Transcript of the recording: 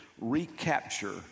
recapture